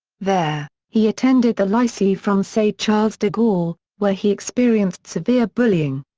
there, he attended the lycee francais charles de gaulle, where he experienced severe bullying.